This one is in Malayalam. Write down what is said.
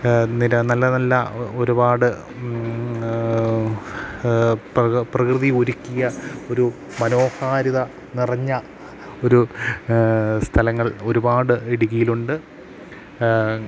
നില നല്ല നല്ല ഒരുപാട് പ്രകൃതി ഒരുക്കിയ ഒരു മനോഹാരിത നിറഞ്ഞ ഒരു സ്ഥലങ്ങൾ ഒരുപാട് ഇടുക്കിയിലുണ്ട്